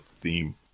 theme